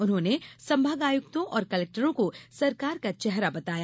उन्होंने संभाग आयुक्तों और कलेक्टरों को सरकार का चेहरा बताया